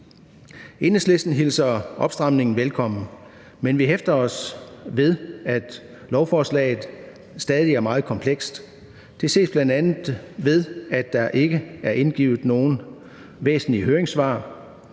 Enhedslisten hilser opstramningen velkommen, men vi hæfter os ved, at lovforslaget stadig er meget komplekst. Det ses bl.a. ved, at der ikke er indgivet nogen væsentlige høringssvar,